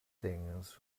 things